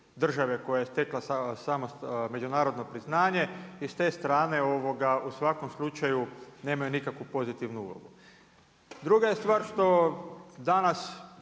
koja je stekla međunarodno priznanje i s te strane u svakom slučaju nemaju nikakvu pozitivnu ulogu. Druga je stvar što danas